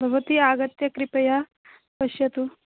भवती आगत्य कृपया पश्यतु